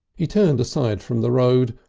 he turned aside from the road,